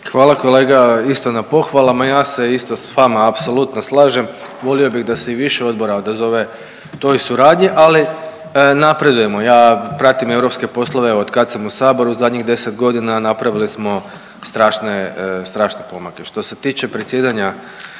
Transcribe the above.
Hvala kolega isto na pohvalama. Ja se isto s vama apsolutno slažem, volio bih da se i više odbora odazove toj suradnji, ali napredujemo. Ja pratim europske poslove evo od kad sam u Saboru u zadnjih deset godina napravili smo strašne pomake. Što se tiče predsjedanja